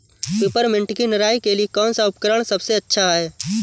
Peppermint की निराई के लिए कौन सा उपकरण सबसे अच्छा है?